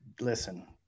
Listen